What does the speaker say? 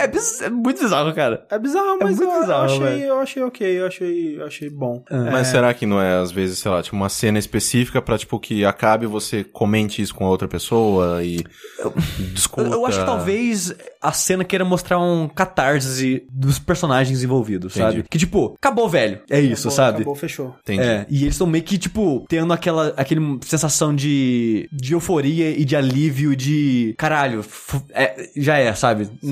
É bizar- é muito bizarro, cara. É bizarro, É mas eu- muito eu bizarro, achei- velho. eu achei ok, eu achei- eu achei bom. Ah. Mas É. será que não é, às vezes, sei lá, tipo, uma cena específica pra, tipo, que acabe você comente isso com a outra pessoa e Eu- discuta? Eu acho que talvez a cena queira mostrar um catarse dos personagens envolvidos, Entendi. sabe? Que, tipo, acabou, velho, é isso, Acabou- sabe? acabou, fechou. Entendi. É, e eles tão meio que, tipo, tendo aquela- aquele sensação de- de euforia e de alívio de, "Caralho, fu- é, já é", sabe?